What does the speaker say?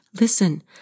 Listen